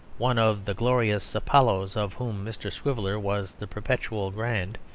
one of the glorious apollos of whom mr. swiveller was the perpetual grand,